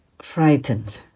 frightened